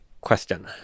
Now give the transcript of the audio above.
question